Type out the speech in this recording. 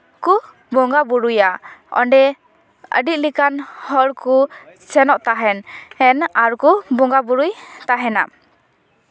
ᱠᱚ ᱵᱚᱸᱜᱟ ᱵᱳᱨᱳᱭᱟ ᱚᱸᱰᱮ ᱟᱹᱰᱤ ᱞᱮᱠᱟᱱ ᱦᱚᱲ ᱠᱚ ᱥᱮᱱᱚᱜ ᱛᱟᱦᱮᱱ ᱟᱨ ᱠᱚ ᱵᱚᱸᱜᱟ ᱵᱳᱨᱳᱭ ᱛᱟᱦᱮᱱᱟ